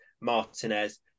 Martinez